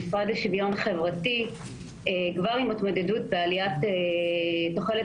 המשרד לשוויון חברתי כבר עם התמודדות בעליית תוחלת